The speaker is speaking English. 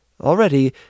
Already